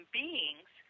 beings